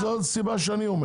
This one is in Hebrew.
זו הסיבה שאני אומר.